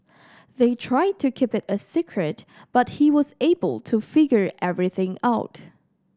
they tried to keep it a secret but he was able to figure everything out